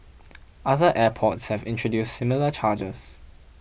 other airports have introduced similar charges